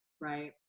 Right